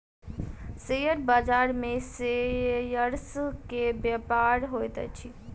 share बाजार में shares के व्यापार होइत अछि